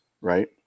right